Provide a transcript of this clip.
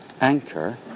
Anchor